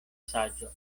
saĝo